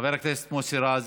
חבר הכנסת מוסי רז,